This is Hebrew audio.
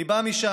אני בא משם